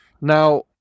now